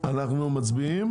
אנחנו מצביעים,